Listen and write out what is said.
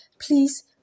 Please